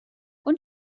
und